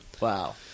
Wow